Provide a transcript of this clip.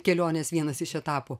kelionės vienas iš etapų